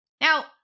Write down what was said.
Now